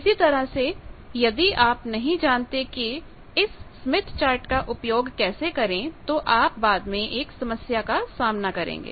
इसी तरह से यदि आप नहीं जानते कि इस स्मिथ चार्ट का उपयोग कैसे करें तो आप बाद में एक समस्या का सामना करेंगे